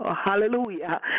hallelujah